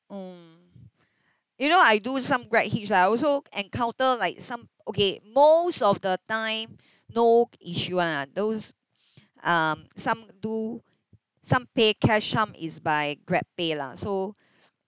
mm you know I do some GrabHitch lah I also encounter like some okay most of the time no issue [one] lah those um some do some pay cash some is by GrabPay lah so